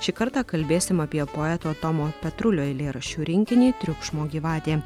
šį kartą kalbėsim apie poeto tomo petrulio eilėraščių rinkinį triukšmo gyvatė